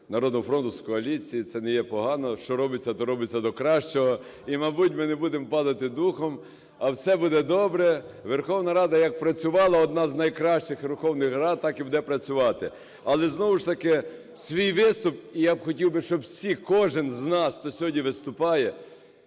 "Народного фронту" з коаліції – це не є погано. Що робиться, то робиться до кращого. І, мабуть, ми не будемо падати духом, а все буде добре. Верховна Рада як працювала, одна з найкращих Верховних Рад, так і буде працювати. Але, знову ж таки, свій виступ, і я б хотів би, щоб всі, кожен з нас, хто сьогодні виступає,